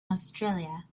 australia